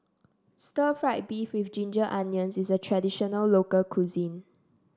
stir fry beef with Ginger Onions is a traditional local cuisine